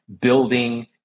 building